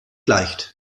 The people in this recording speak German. leicht